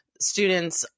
students